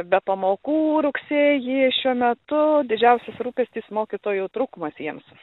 be pamokų rugsėjį šiuo metu didžiausias rūpestis mokytojų trūkumas jiems